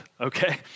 okay